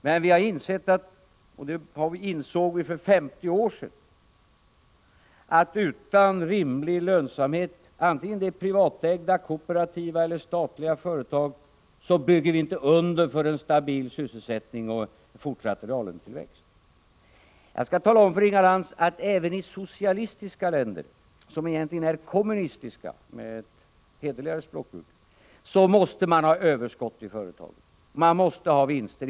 Men vi har insett — och det insåg vi för 50 år sedan — att utan rimlig lönsamhet, vare sig det är privatägda, kooperativa eller statliga företag, bygger vi inte under för en stabil sysselsättning och en fortsatt reallönetillväxt. Jag skall tala om för Inga Lantz att även i socialistiska länder, som egentligen är kommunistiska — med ett hederligare språkbruk — måste man ha överskott i företagen. Man måste ha vinster.